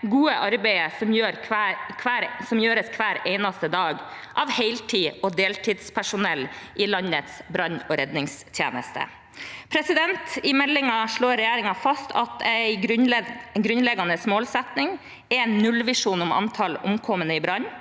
gode arbeidet som gjøres hver eneste dag av heltids- og deltidspersonell i landets brann- og redningstjeneste. I meldingen slår regjeringen fast at en grunnleggende målsetting er en nullvisjon om antall omkomne i brann.